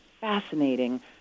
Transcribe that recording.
fascinating